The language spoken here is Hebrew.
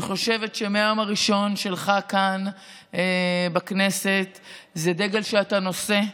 אני חושבת שמהיום הראשון שלך כאן בכנסת זה דגל שאתה נושא,